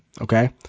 okay